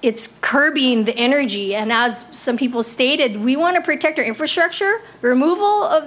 its curb in the energy and as some people stated we want to protect our infrastructure removal of